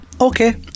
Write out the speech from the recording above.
Okay